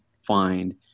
find